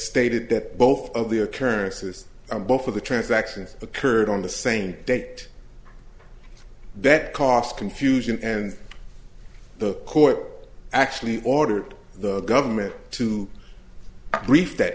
stated that both of the occurrences both of the transactions occurred on the same date that cost confusion and the court actually ordered the government to brief that